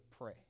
pray